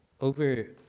over